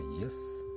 yes